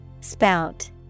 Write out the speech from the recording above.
Spout